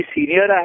Senior